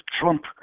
Trump